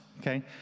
okay